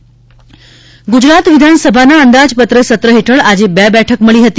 વિધાનસભા કાર્યવાહી ગુજરાત વિધાનસભાના અંદાજપત્ર સત્ર હેઠળ આજે બે બેઠક મળી હતી